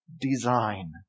design